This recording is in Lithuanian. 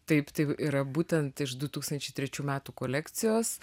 taip tai yra būtent iš du tūkstančiai trečių metų kolekcijos